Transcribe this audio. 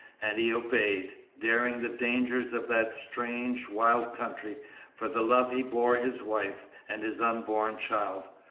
and he obeyed, daring the dangers of that strange, wild country for the love he bore his wife and his unborn child.